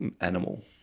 animal